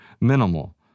minimal